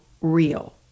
real